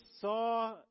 saw